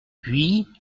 puis